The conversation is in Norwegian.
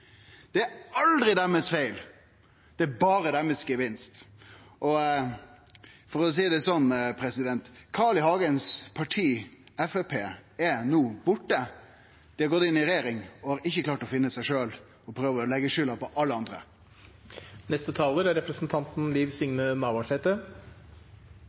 Det er aldri deira feil, det er berre deira gevinst. For å seie det sånn: Carl I. Hagens parti, Framstegspartiet, er no borte. Dei har gått inn i regjering og har ikkje klart å finne seg sjølve og prøver å leggje skulda på alle andre. Når representanten